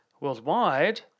Worldwide